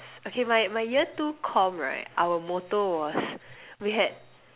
okay my my year two comm right our motto was we had